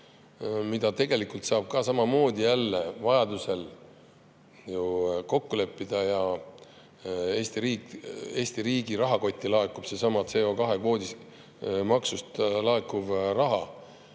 mida tegelikult saab ka samamoodi vajadusel ju kokku leppida. Eesti riigi rahakotti laekub seesama CO2-kvoodi maksust laekuv raha.